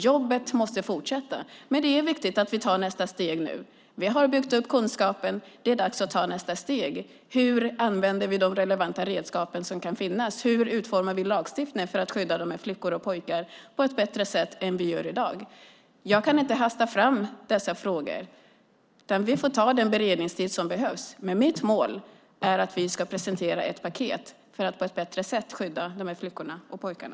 Jobbet måste fortsätta. Det är viktigt att vi tar nästa steg nu. Vi har byggt upp kunskapen. Det är dags att ta nästa steg. Hur använder vi de relevanta redskap som kan finnas? Hur utformar vi lagstiftningen för att skydda de här flickorna och pojkarna på ett bättre sätt än vi gör i dag? Jag kan inte hasta fram i dessa frågor. Vi får ta den beredningstid som behövs, men mitt mål är att vi ska presentera ett paket för att på ett bättre sätt skydda de här flickorna och pojkarna.